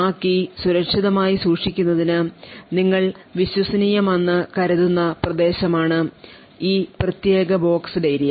ആ key സുരക്ഷിതമായി സൂക്ഷിക്കുന്നതിന് നിങ്ങൾ വിശ്വസനീയമെന്ന് കരുതുന്ന പ്രദേശമാണ് ഈ പ്രത്യേക ബോക്സഡ് ഏരിയ